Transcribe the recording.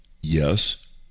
yes